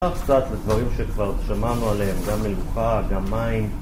קצת לדברים שכבר שמענו עליהם, גם מלוכה, גם מים